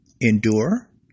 endure